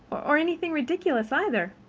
or anything ridiculous either.